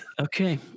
Okay